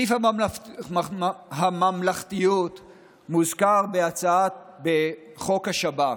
סעיף הממלכתיות מוזכר בחוק השב"כ.